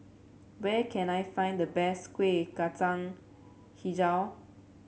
where can I find the best Kueh Kacang hijau